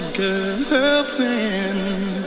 girlfriend